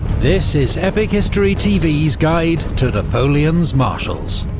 this is epic history tv's guide to napoleon's marshals.